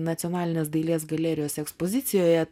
nacionalinės dailės galerijos ekspozicijoje